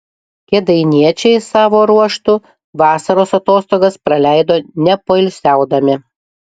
kėdainiečiai savo ruožtu vasaros atostogas praleido nepoilsiaudami